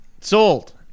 Sold